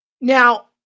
Now